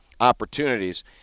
opportunities